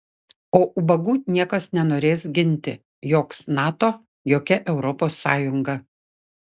o ubagų niekas nenorės ginti joks nato jokia europos sąjunga